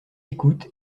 écoute